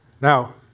Now